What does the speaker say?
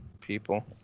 people